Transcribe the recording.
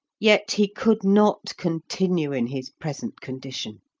yet he could not continue in his present condition.